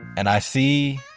and i see,